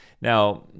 now